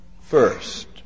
first